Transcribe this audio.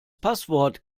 passwort